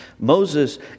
Moses